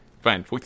Fine